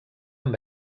amb